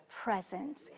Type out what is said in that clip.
presence